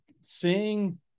seeing